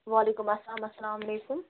وعلیکُم سلام اسلامُ علیکُم